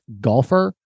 golfer